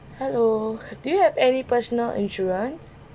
hello do you have any personal insurance